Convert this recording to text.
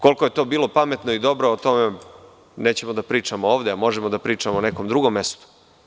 Koliko je to bilo pametno i dobro, o tome nećemo da pričamo ovde, ali možemo da pričamo na nekom drugom mestu.